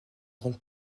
grande